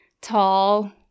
tall